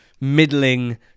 middling